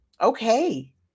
Okay